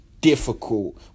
difficult